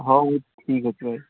ହଉ ଠିକ୍ଅଛି ଭାଇ